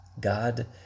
God